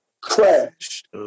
crashed